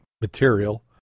material